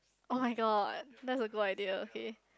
oh-my-god that is a good idea okay